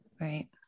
right